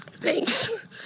thanks